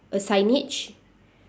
a signage